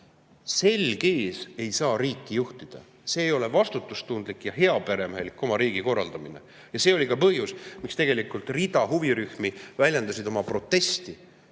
Selg ees ei saa riiki juhtida, see ei ole vastutustundlik ega heaperemehelik oma riigi korraldamine. See oli ka põhjus, miks rida huvirühmi väljendas oma protesti